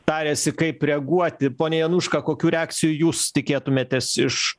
tarėsi kaip reaguoti pone januška kokių reakcijų jūs tikėtumėtės iš